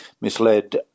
misled